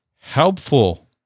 helpful